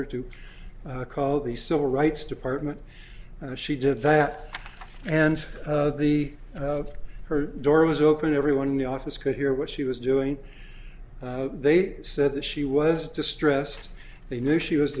her to call the civil rights department and she did that and the her door was open everyone in the office could hear what she was doing they said that she was distressed they knew she was